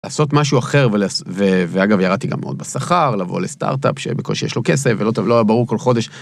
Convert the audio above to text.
לעשות משהו אחר, ואגב ירדתי גם מאוד בשכר, לבוא לסטארט-אפ שבקושי יש לו כסף, ולא היה ברור כל חודש.